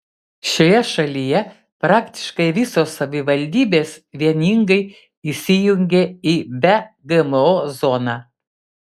šioje šalyje praktiškai visos savivaldybės vieningai įsijungė į be gmo zoną